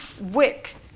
wick